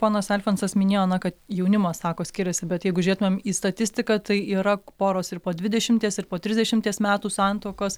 ponas alfonsas minėjo na kad jaunimas sako skiriasi bet jeigu žėtumėm į statistiką tai yra poros ir po dvidešimties ir po trisdešimties metų santuokos